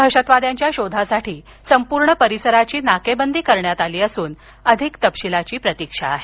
दहशवाद्यांच्या शोधासाठी संपूर्ण परिसराची नाकेबंदी करण्यात आली असून अधिक तपशिलाची प्रतीक्षा आहे